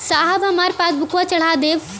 साहब हमार पासबुकवा चढ़ा देब?